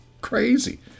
crazy